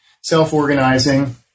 self-organizing